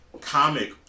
comic